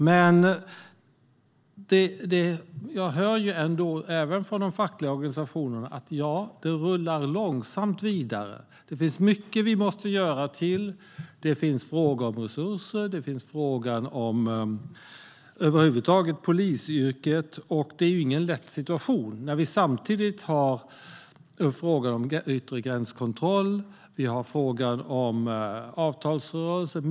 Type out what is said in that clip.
Jag hör ändå, även från de fackliga organisationerna, att det långsamt rullar vidare. Det finns mycket till som vi måste göra. Det finns frågor om resurser. Det finns frågan om polisyrket över huvud taget. Och det är ingen lätt situation när vi samtidigt har frågan om yttre gränskontroll. Vi har frågan om avtalsrörelsen.